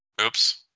Oops